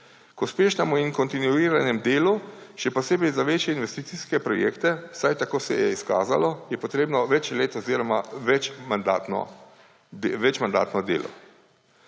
Za uspešno in kontinuirano delo, še posebej za večje investicijske projekte, vsaj tako se je izkazalo, je potrebno več let oziroma večmandatno delo.